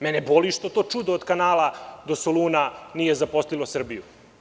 Mene boli što to čudo od kanala do Soluna nije zaposlilo Srbiju.